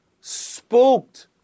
spooked